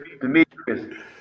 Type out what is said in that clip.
Demetrius